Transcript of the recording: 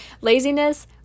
laziness